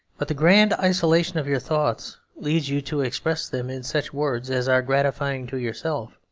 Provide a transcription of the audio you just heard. but the grand isolation of your thoughts leads you to express them in such words as are gratifying to yourself,